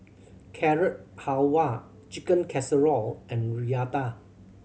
Carrot Halwa Chicken Casserole and Raita